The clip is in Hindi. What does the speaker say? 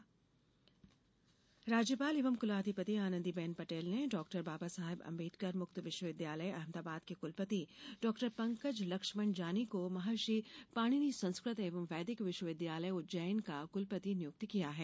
कुलपति राज्यपाल एवं कुलाधिपति आनंदीबेन पटेल ने डॉ बाबा साहेब अंबेडकर मुक्त विश्वविद्यालय अहमदाबाद के क्लपति डॉ पंकज लक्ष्मण जानी को महर्षि पाणिनी संस्कृत एवं वैदिक विश्वविद्यालय उज्जैन का कुलपति नियुक्त किया है